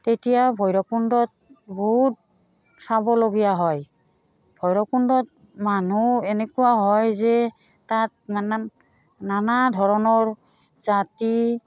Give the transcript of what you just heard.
তেতিয়া ভৈৰৱকুণ্ডত বহুত চাবলগীয়া হয় ভৈৰৱকুণ্ডত মানুহ এনেকুৱা হয় যে তাত মানে নানা ধৰণৰ জাতি